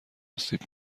آسیب